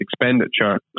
expenditure